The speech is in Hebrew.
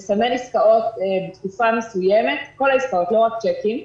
כל עסקאות לא רק צ'קים,